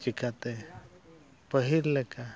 ᱪᱤᱠᱟᱹᱛᱮ ᱯᱟᱹᱦᱤᱞ ᱞᱮᱠᱟ